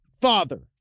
father